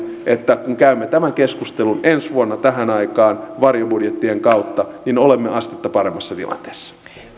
että kun käymme tämän keskustelun ensi vuonna tähän aikaan varjobudjettien kautta niin olemme astetta paremmassa tilanteessa